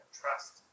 trust